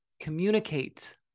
communicate